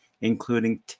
including